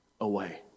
away